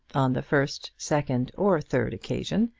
on the first, second, or third occasion,